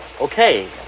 Okay